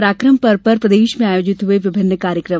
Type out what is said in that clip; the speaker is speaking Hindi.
पराकम पर्व पर प्रदेश में आयोजित हुए विभिन्न कार्यक्रम